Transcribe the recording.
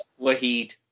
Wahid